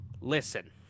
listen